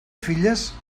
filles